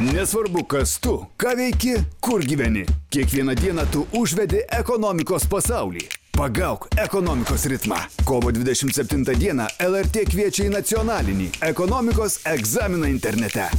nesvarbu kas tu ką veiki kur gyveni kiekvieną dieną tu užvedi ekonomikos pasauly pagauk ekonomikos ritmą kovo dvidešimt septintą dieną lrt kviečia į nacionalinį ekonomikos egzaminą internete